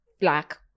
Black